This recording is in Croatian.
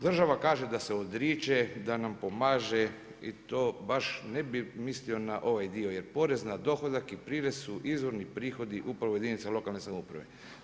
Država kaže da se odriče da nam pomaže i to baš ne bih mislio na ovaj dio, jer porez na dohodak i prirez su izvorni prihodi upravo jedinica lokalne samouprave.